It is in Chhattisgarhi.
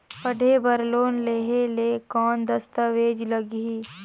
पढ़े बर लोन लहे ले कौन दस्तावेज लगही?